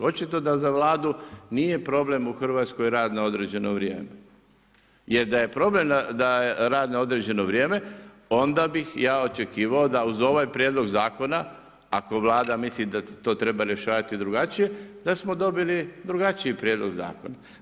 Očito da za Vladu nije problem u Hrvatskoj rad na određeno vrijeme jer da je problem rad na određeno vrijeme onda bih ja očekivao da uz ovaj prijedlog zakona ako Vlada misli da to treba rješavati drugačije da smo dobili drugačiji prijedlog zakona.